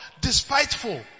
despiteful